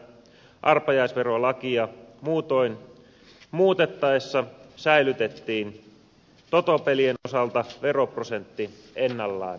arpajaisverolakia muutoin muutettaessa säilytettiin totopelien osalta veroprosentti ennallaan